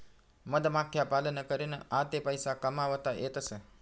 मधमाख्या पालन करीन आते पैसा कमावता येतसं